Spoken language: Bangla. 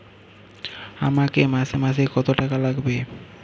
আমাকে মাসে মাসে কত টাকা লাগবে?